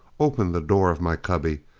opened the door of my cubby,